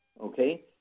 Okay